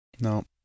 No